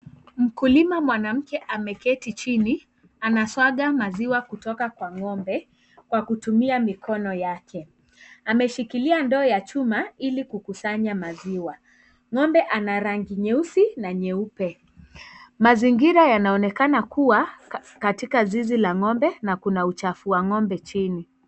Mkulima mwanamke ameketi chini anaswaga maziwa kutoka kwa ng'ombe kwa kutumia mikono yake. Ameshikilia ndoo ya chuma ili kukusanya maziwa. Ng'ombe ana rangi nyeusi na nyeupe. Mazingira yanaonekana kuwa katika zizi la ng'ombe na kuna uchafu wa ng'ombe chini.